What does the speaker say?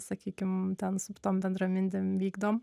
sakykim ten su tom bendramintėm vykdom